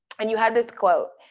and you had this quote.